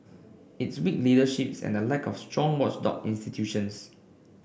it's weak leaderships and the lack of strong watchdog institutions